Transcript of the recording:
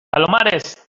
palomares